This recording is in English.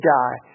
die